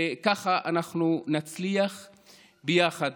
וכך אנחנו נצליח ביחד.